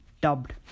dubbed